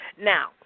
Now